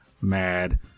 mad